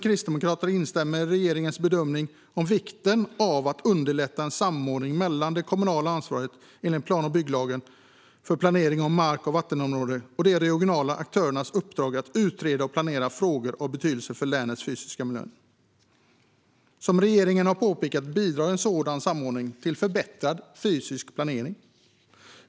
Kristdemokraterna instämmer i regeringens bedömning av vikten av att underlätta en samordning mellan det kommunala ansvaret enligt plan och bygglagen för planering av mark och vattenområden och de regionala aktörernas uppdrag att utreda och planera frågor av betydelse för länets fysiska miljö. Som regeringen har påpekat bidrar en sådan samordning till förbättrad fysisk planering.